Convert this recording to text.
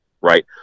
right